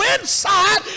inside